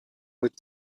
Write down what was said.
with